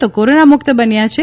તે કોરોના મુક્ત બન્યા છે